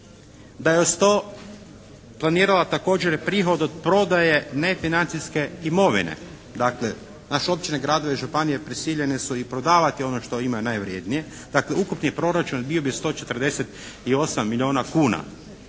Da je uz to planirala također prihod od prodaje nefinancijske imovine. Dakle naše općine, gradovi i županije prisiljeni su i prodavati ono što imaju najvrijednije. Dakle ukupni proračun bio bi 148 milijuna kuna.